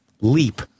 leap